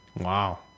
Wow